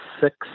six